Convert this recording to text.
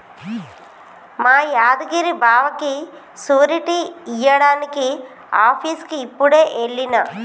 మా యాదగిరి బావకి సూరిటీ ఇయ్యడానికి ఆఫీసుకి యిప్పుడే ఎల్లిన